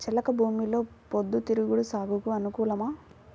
చెలక భూమిలో పొద్దు తిరుగుడు సాగుకు అనుకూలమా?